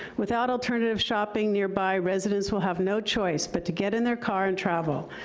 without alternative shopping nearby, residents will have no choice but to get in their car and travel.